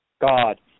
God